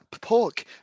pork